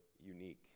unique